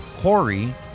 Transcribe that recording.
Corey